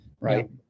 right